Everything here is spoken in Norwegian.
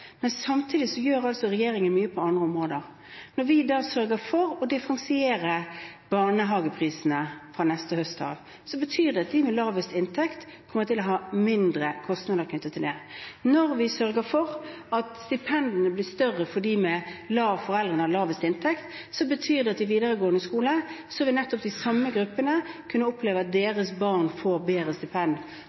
men samtidig gjør regjeringen mye på andre områder. Når vi sørger for å differensiere barnehageprisene fra neste høst, betyr det at de med lavest inntekt kommer til å ha mindre kostnader knyttet til det. Når vi sørger for at stipendene blir større for elevene med foreldre som har de laveste inntektene, betyr det at de samme gruppene vil kunne oppleve at deres barn i den videregående skolen får bedre